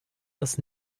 das